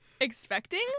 expecting